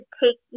take